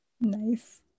Nice